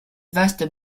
vaste